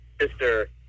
sister